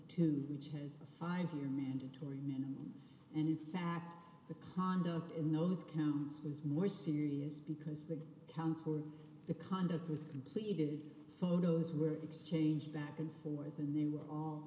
two which has a five year mandatory minimum and in fact the conduct in those counties was more serious because the council the conduct was completed photos were exchanged back and forth and they were all